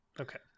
Okay